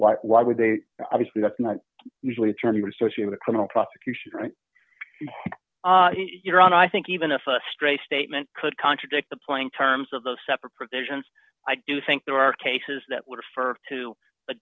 why why would they obviously that's not usually turning researching the criminal prosecution right you're on i think even if a stray statement could contradict the plain terms of those separate provisions i do think there are cases that would refer to the